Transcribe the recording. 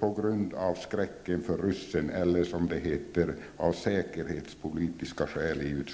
på grund av skräcken för ryssen eller, som det heter i utskottets betänkande, av säkerhetspolitiska skäl.